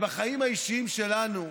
בחיים האישיים שלנו,